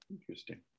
Interesting